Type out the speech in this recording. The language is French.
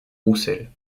roussel